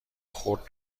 خورد